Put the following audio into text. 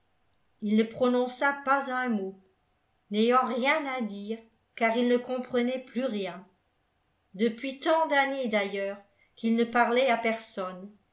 ii ne prononça pas un mot n'ayant rien à dire car il ne comprenait plus rien depuis tant d'années d'ailleurs qu'il ne parlait à personne